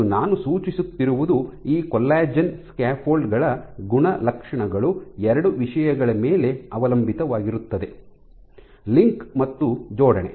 ಮತ್ತು ನಾನು ಸೂಚಿಸುತ್ತಿರುವುದು ಈ ಕೊಲ್ಲಾಜೆನ್ ಸ್ಕ್ಯಾಫೋಲ್ಡ್ ಗಳ ಗುಣಲಕ್ಷಣಗಳು ಎರಡು ವಿಷಯಗಳ ಮೇಲೆ ಅವಲಂಬಿತವಾಗಿರುತ್ತದೆ ಲಿಂಕ್ ಮತ್ತು ಜೋಡಣೆ